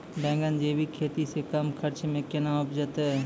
बैंगन जैविक खेती से कम खर्च मे कैना उपजते?